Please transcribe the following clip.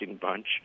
bunch